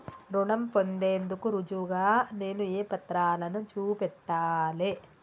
రుణం పొందేందుకు రుజువుగా నేను ఏ పత్రాలను చూపెట్టాలె?